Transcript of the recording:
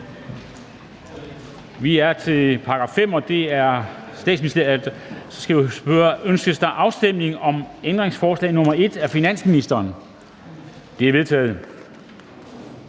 afstemningerne. Til § 5. Statsministeriet. Ønskes afstemning om ændringsforslag nr. 1 af finansministeren? Det er vedtaget.